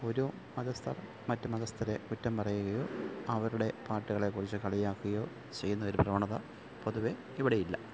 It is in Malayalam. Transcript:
ഒരു മതസ്ഥര് മറ്റു മതസ്ഥരെ കുറ്റം പറയുകയോ അവരുടെ പാട്ടുകളെക്കുറിച്ച് കളിയാക്കുകയോ ചെയ്യുന്ന ഒരു പ്രവണത പൊതുവെ ഇവിടെയില്ല